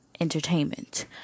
entertainment